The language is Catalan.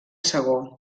segó